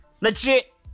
Legit